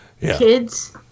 kids